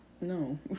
No